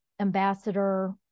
Ambassador